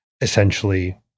essentially